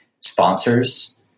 sponsors